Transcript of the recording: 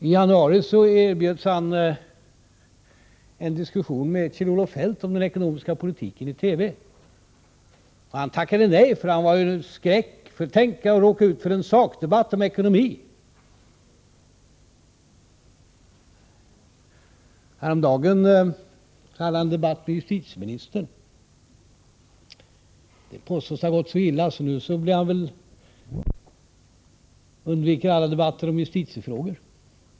I januari erbjöds han en diskussion i TV med Kjell-Olof Feldt om den ekonomiska politiken. Han tackade nej, för han hade ju skräck för att råka ut för en sakdebatt om ekonomin. Häromdagen hade han en debatt med justitieministern. Den påstås ha gått så illa att han väl nu kommer att undvika alla justitiefrågor.